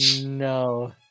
no